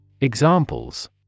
Examples